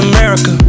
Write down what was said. America